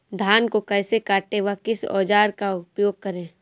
धान को कैसे काटे व किस औजार का उपयोग करें?